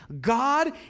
god